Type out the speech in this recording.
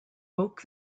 woke